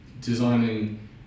designing